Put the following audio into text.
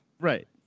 Right